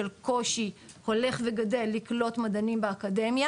של קושי הולך וגדל לקלוט מדענים באקדמיה